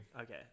Okay